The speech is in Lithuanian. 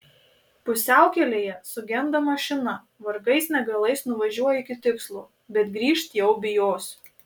pusiaukelėje sugenda mašina vargais negalais nuvažiuoju iki tikslo bet grįžt jau bijosiu